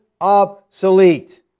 obsolete